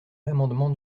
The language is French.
l’amendement